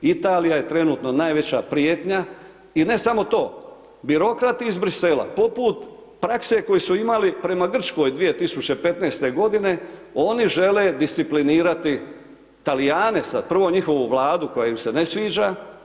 Italija je trenutno najveća prijetnja i ne samo to, birokrati iz Bruxelles-a poput prakse koju su imali prema Grčkoj 2015. godine, oni žele disciplinirati Talijane sad, prvo njihovu Vlade koja im se ne sviđa.